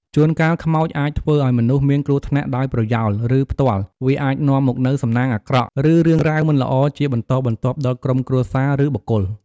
ជួនកាលខ្មោចអាចធ្វើឱ្យមនុស្សមានគ្រោះថ្នាក់ដោយប្រយោល ឬផ្ទាល់ វាអាចនាំមកនូវសំណាងអាក្រក់ ឬរឿងរ៉ាវមិនល្អជាបន្តបន្ទាប់ដល់ក្រុមគ្រួសារ ឬបុគ្គល។